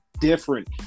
different